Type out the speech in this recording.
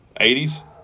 80s